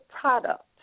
product